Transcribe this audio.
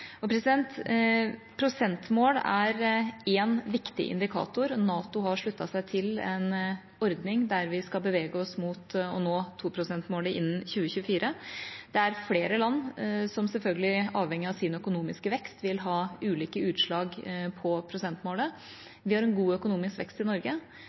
Prosentmål er én viktig indikator. NATO har sluttet seg til en ordning der vi skal bevege oss mot å nå 2-prosentmålet innen 2024. Selvfølgelig avhengig av sin økonomiske vekst er det flere land som vil oppleve at det gir ulike utslag på prosentmålet. Vi har en god økonomisk vekst i Norge.